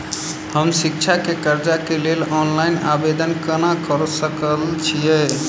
हम शिक्षा केँ कर्जा केँ लेल ऑनलाइन आवेदन केना करऽ सकल छीयै?